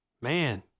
man